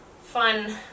fun